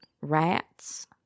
rats